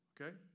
Okay